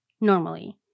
normally